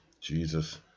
jesus